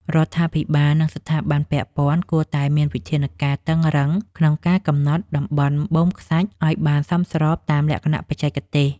រដ្ឋាភិបាល និងស្ថាប័នពាក់ព័ន្ធគួរតែមានវិធានការតឹងរ៉ឹងក្នុងការកំណត់តំបន់បូមខ្សាច់ឱ្យបានសមស្របតាមលក្ខណៈបច្ចេកទេស។